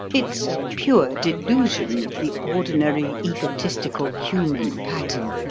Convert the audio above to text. it's a pure delusion of the ordinary egotistical human pattern.